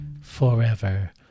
forever